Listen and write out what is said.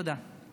תודה.